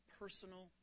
personal